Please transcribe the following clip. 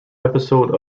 episode